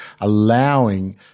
allowing